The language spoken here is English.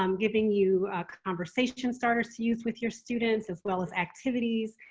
um giving you conversation starters to use with your students as well as activities.